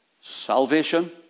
Salvation